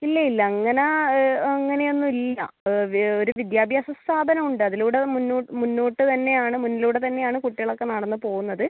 ഇല്ല ഇല്ല അങ്ങനെ അങ്ങനെ ഒന്നും ഇല്ല ഒരു വിദ്യാഭ്യാസ സ്ഥാപനം ഉണ്ട് അതിലൂടെ മുന്നോട്ട് തന്നെ ആണ് മുന്നിലൂടെ തന്നെ ആണ് കുട്ടികളൊക്കെ നടന്ന് പോവുന്നത്